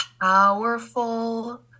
powerful